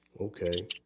Okay